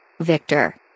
Victor